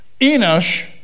Enosh